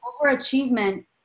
overachievement